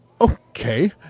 okay